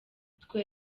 twe